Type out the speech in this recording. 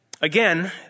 Again